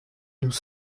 nous